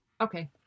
Okay